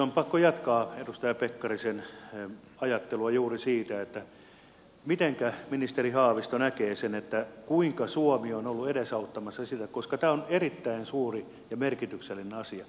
on pakko jatkaa edustaja pekkarisen ajattelua juuri siitä että mitenkä ministeri haavisto näkee sen kuinka suomi on ollut edesauttamassa sitä koska tämä on erittäin suuri ja merkityksellinen asia